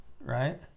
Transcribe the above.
Right